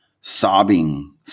sobbing